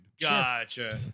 Gotcha